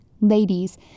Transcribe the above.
Ladies